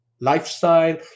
lifestyle